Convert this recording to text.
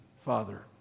Father